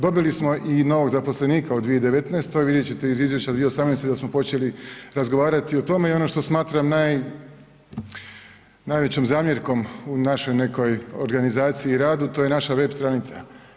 Dobili smo i novog zaposlenika u 2019., vidjeti ćete iz izvješća 2018. da smo počeli razgovarati o tome i ono što smatram najvećom zamjerkom u našoj nekoj organizaciji i radu to je naša web stranica.